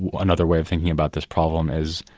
another way of thinking about this problem is,